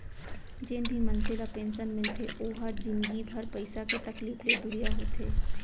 जेन भी मनसे ल पेंसन मिलथे ओ ह जिनगी भर पइसा के तकलीफ ले दुरिहा होथे